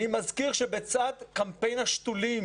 אני מזכיר שבצד קמפיין ה"שתולים"